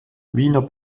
wiener